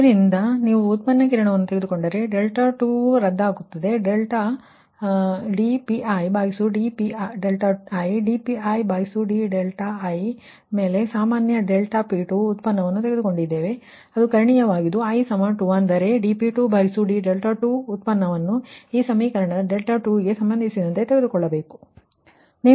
ಆದ್ದರಿಂದ ನೀವು ಡೇರಿವಿಟಿವನ್ನು ತೆಗೆದುಕೊಂಡರೆ ಈ 2 ರದ್ದಾಗುತ್ತದೆ ನಾವು ಡೆಲ್ಟಾ ಕ್ಷಮಿಸಿ dPidi dPidi ಮೇಲೆ ಸಾಮಾನ್ಯ ಡೆಲ್ಟಾ P2 ನಲ್ಲಿ ಡೇರಿವಿಟಿವನ್ನು ತೆಗೆದುಕೊಂಡಿದ್ದೇವೆ ಅದು ಕರ್ಣೀಯವಾಗಿದ್ದು ಅದರಿಂದ i2 ಅಂದರೆ ಈ ಸಮೀಕರಣದ dP2d2ರ ಡೇರಿವಿಟಿವ ಅನ್ನು 2ಗೆ ಸಂಬಂಧಿಸಿದಂತೆ ತೆಗೆದುಕೊಳ್ಳಬೇಕು